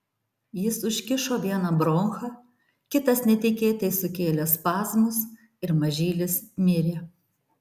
jis užkišo vieną bronchą kitas netikėtai sukėlė spazmus ir mažylis mirė